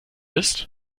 ist